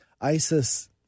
ISIS